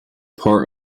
part